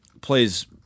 plays